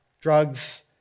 Drugs